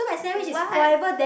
what